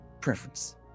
preference